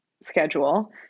schedule